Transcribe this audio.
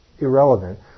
irrelevant